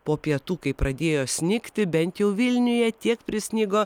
po pietų kai pradėjo snigti bent jau vilniuje tiek prisnigo